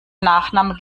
nachname